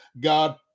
God